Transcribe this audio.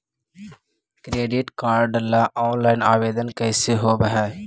Credit card ल online आवेदन कैसे होब है?